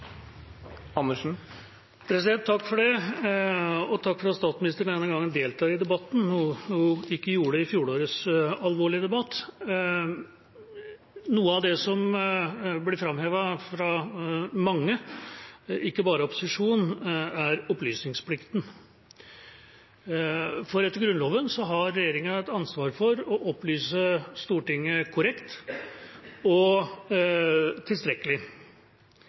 replikkordskifte. Takk for at statsministeren denne gangen deltar i debatten, noe hun ikke gjorde i fjorårets alvorlige debatt. Noe av det som ble framhevet av mange, ikke bare opposisjonen, er opplysningsplikten. For etter Grunnloven har regjeringa et ansvar for å opplyse Stortinget korrekt og